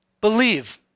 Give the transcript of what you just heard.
believe